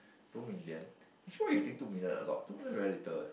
two million actually why you think two million a lot two million very little eh